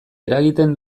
eragiten